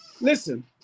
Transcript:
listen